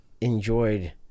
enjoyed